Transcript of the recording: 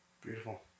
beautiful